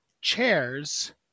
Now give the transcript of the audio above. chairs